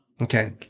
Okay